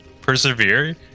persevere